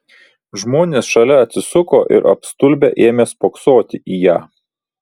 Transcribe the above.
žmonės šalia atsisuko ir apstulbę ėmė spoksoti į ją